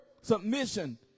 submission